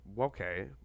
Okay